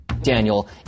Daniel